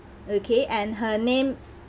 okay and her name